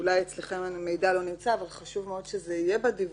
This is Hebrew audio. אולי אצלכם המידע לא נמצא אבל חשוב מאוד שזה יהיה בדיווח,